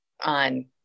on